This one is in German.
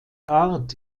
art